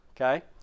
okay